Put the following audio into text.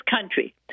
country